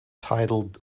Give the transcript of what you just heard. titled